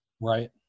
Right